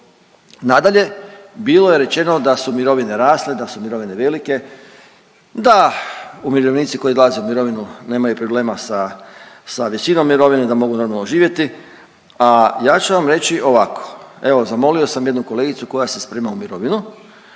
Nadalje, bilo je rečeno da su mirovine rasle, da su mirovine velike, da umirovljenici koji odlaze u mirovinu nemaju problema sa, sa većinom mirovine, da mogu normalno živjeti, a ja ću vam reći ovako. Evo zamolio sam jednu kolegicu koja se sprema u mirovinu,